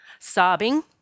sobbing